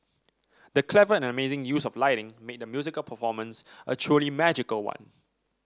the clever and amazing use of lighting made the musical performance a truly magical one